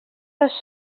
dos